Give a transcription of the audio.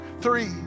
three